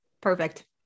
Perfect